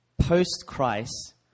post-Christ